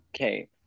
Okay